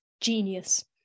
genius